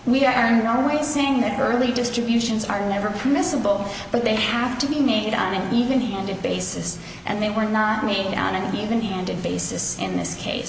we are not only saying that early distributions are never permissible but they have to be made on an even handed basis and they were not made on an even handed basis in this case